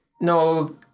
No